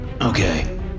Okay